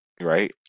right